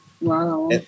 Wow